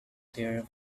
clear